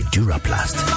Duraplast